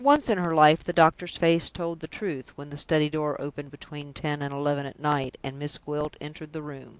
for once in her life the doctor's face told the truth, when the study door opened between ten and eleven at night, and miss gwilt entered the room.